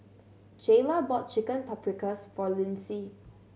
Jayla bought Chicken Paprikas for Lyndsey